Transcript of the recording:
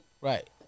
Right